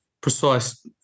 precise